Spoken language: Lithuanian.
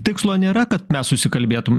tikslo nėra kad na susikalbėtum